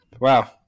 Wow